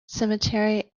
cemetery